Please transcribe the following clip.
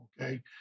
okay